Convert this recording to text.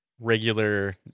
regular